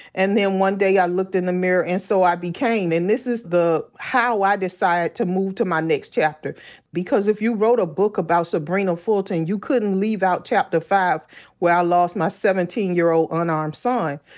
and then one day i looked in the mirror and so i became. and this is how i decided to move to my next chapter because if you wrote a book about sybrina fulton, you couldn't leave out chapter five where i lost my seventeen year old unarmed son.